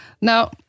now